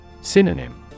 Synonym